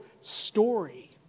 story